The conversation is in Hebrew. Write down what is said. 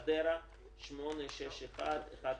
חדרה 861,147,